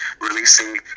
releasing